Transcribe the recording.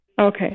Okay